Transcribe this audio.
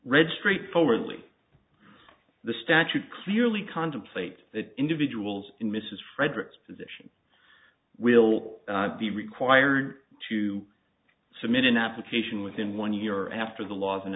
read straightforwardly the statute clearly contemplate that individuals in mrs frederic's position will be required to submit an application within one year after the law's